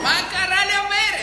מה קרה למרצ?